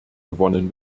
gewonnen